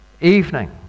evening